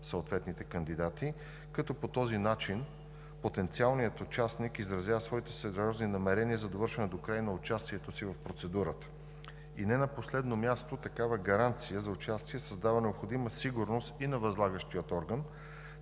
съответните кандидати, като по този начин потенциалният участник изразява своите сериозни намерения за довършване докрай на участието си в процедурата. И не на последно място, такава гаранция за участие създава необходима сигурност и на възлагащия орган,